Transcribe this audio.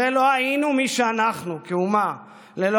הרי לא היינו מי שאנחנו כאומה ללא